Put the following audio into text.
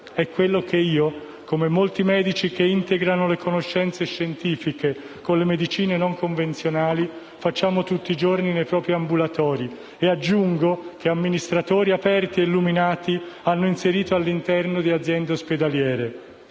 È quello che io, come molti medici che integrano le conoscenze scientifiche con le medicine non convenzionali, faccio tutti i giorni nel mio ambulatorio e - aggiungo - che amministratori aperti e illuminati hanno inserito all'interno di aziende ospedaliere.